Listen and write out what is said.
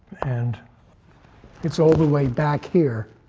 and it's all the way back here.